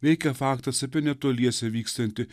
veikia faktas apie netoliese vykstantį